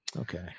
Okay